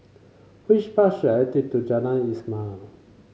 which bus should I take to Jalan Ismail